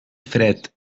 fred